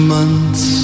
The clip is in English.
months